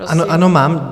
Ano, ano, mám.